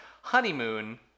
honeymoon